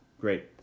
Great